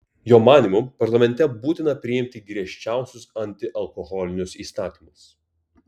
jo manymu parlamente būtina priimti griežčiausius antialkoholinius įstatymus